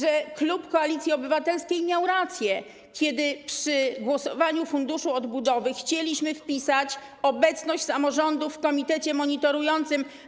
Że klub Koalicji Obywatelskiej miał rację, kiedy przy głosowaniu nad Funduszem Odbudowy chciał wpisać obecność samorządów w komitecie monitorującym.